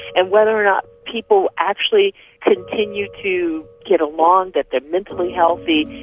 and whether or not people actually continue to get along, that they are mentally healthy,